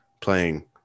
playing